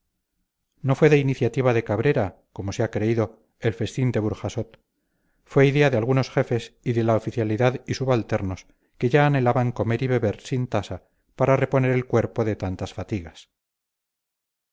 no fue de iniciativa de cabrera como se ha creído el festín de burjasot fue idea de algunos jefes y de la oficialidad y subalternos que ya anhelaban comer y beber sin tasa para reponer el cuerpo de tantas fatigas